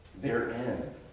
therein